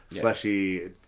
fleshy